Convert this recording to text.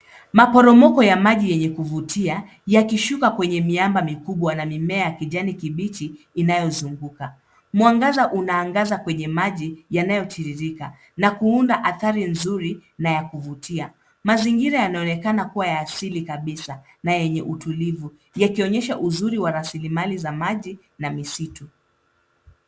Maporomoko ya maji yenye kuvutia yakishuka kwenye miamba mikubwa na mimea ya kijani kibichi inayozunguka. Mwangaza unaangaza kwenye maji yanayotiririka na kuunda athari nzuri na ya kuvutia. Mazingira yanaonekana kuwa ya asili kabisa na yenye utulivu yakionyesha uzuri wa rasilimali za maji na misitu.